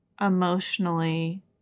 emotionally